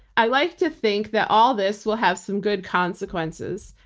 i like to think that all this will have some good consequences.